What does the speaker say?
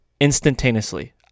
instantaneously